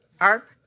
ARP